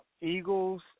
eagles